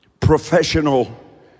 professional